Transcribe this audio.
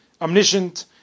omniscient